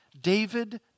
David